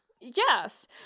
Yes